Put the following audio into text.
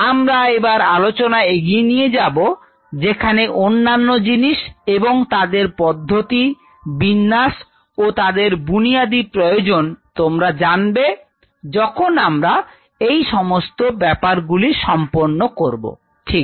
আমরা এবার আলোচনা এগিয়ে নিয়ে যাব যেখানে অন্যান্য জিনিস এবং তাদের পদ্ধতি বিন্যাস ও তাদের বুনিয়াদি প্রয়োজন তোমরা জানবে যখন আমরা এই সমস্ত ব্যাপারগুলি সম্পন্ন করব ঠিক